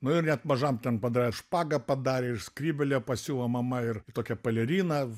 nu ir net mažam ten padarė špagą padarė ir skrybėlę pasiūlo mama ir tokią paleriną